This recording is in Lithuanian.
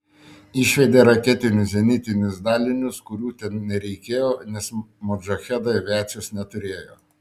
išvedė raketinius zenitinius dalinius kurių ten nereikėjo nes modžahedai aviacijos neturėjo